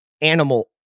animal